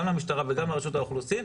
גם למשטרה וגם לרשות האוכלוסין,